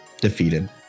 defeated